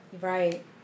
Right